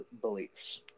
beliefs